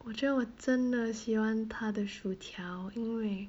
我觉得我真的喜欢它的薯条因为